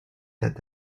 that